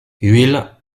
huile